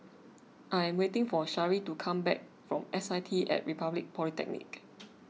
I am waiting for Shari to come back from S I T at Republic Polytechnic